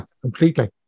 completely